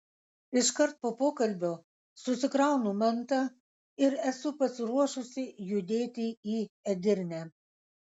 iškart po pokalbio susikraunu mantą ir esu pasiruošusi judėti į edirnę